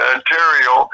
Ontario